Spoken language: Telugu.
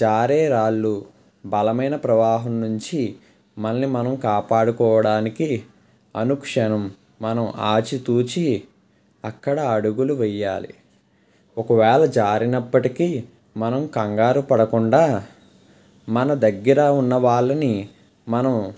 జారే రాళ్ళు బలమైన ప్రవాహం నుంచి మనల్ని మనం కాపాడుకోవడానికి అనుక్షణం మనం ఆచితూచి అక్కడ అడుగులు వేయాలి ఒకవేళ జారినప్పటికీ మనం కంగారు పడకుండా మన దగ్గర ఉన్న వాళ్ళని మనం